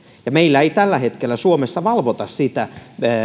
meillä ei tällä hetkellä suomessa valvota esimerkiksi sitä